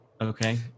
Okay